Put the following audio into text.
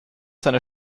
seine